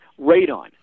Radon